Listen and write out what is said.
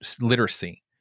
literacy